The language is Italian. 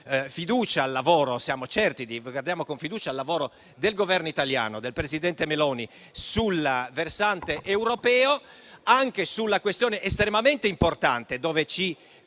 che possiamo guardare con fiducia al lavoro del Governo italiano e del presidente Meloni sul versante europeo e anche sulla questione - estremamente importante e su